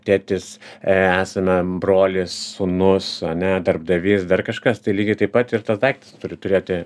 tėtis esame brolis sūnus ane darbdavys dar kažkas tai lygiai taip pat ir tas daiktas turi turėti